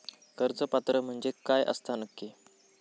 कर्ज पात्र म्हणजे काय असता नक्की?